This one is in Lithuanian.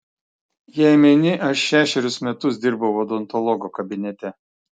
jei meni aš šešerius metus dirbau odontologo kabinete